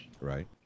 Right